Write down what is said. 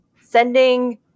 Sending